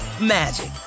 magic